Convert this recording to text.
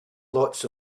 lots